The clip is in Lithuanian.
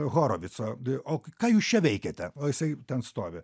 horovico o ką jūs čia veikiate o jisai ten stovi